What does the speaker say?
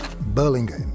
Burlingame